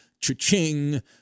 cha-ching